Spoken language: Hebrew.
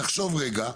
תחשוב רגע.